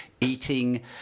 eating